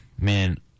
man